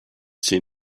seen